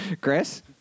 Chris